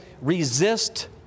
resist